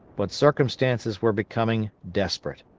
but circumstances were becoming desperate.